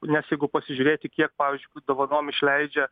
nes jeigu pasižiūrėti kiek pavyzdžiui dovanom išleidžia